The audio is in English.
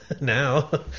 now